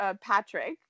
Patrick